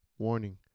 Warning